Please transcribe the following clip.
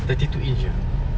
thirty two inch jer